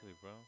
bro